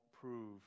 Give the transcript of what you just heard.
prove